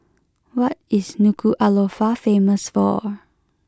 what is Nuku'alofa famous for